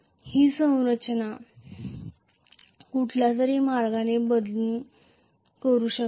मी रचना कुठल्या तरी मार्गाने बदलून हे करू शकतो